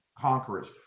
conquerors